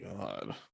God